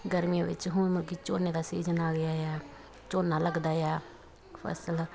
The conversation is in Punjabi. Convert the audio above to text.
ਗਰਮੀਆਂ ਵਿੱਚ ਹੁਣ ਮਲਕੀ ਝੋਨੇ ਦਾ ਸੀਜ਼ਨ ਆ ਗਿਆ ਆ ਝੋਨਾ ਲੱਗਦਾ ਆ ਫ਼ਸਲ